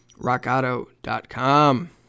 rockauto.com